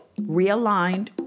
realigned